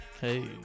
Hey